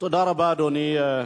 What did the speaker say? תודה רבה, אדוני.